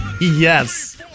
Yes